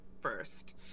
first